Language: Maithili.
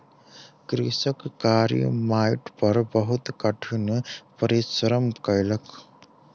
कृषक कारी माइट पर बहुत कठिन परिश्रम कयलक